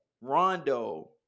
Rondo